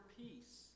peace